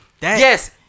Yes